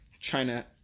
China